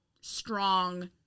strong